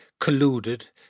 colluded